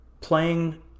playing